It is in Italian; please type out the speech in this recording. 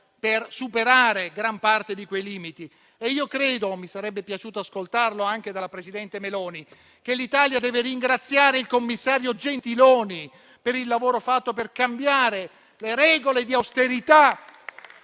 per superare gran parte di quei limiti. Mi sarebbe piaciuto ascoltarlo anche dalla presidente Meloni, ma credo che l'Italia debba ringraziare il commissario Gentiloni per il lavoro fatto per cambiare le regole di austerità